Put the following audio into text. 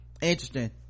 Interesting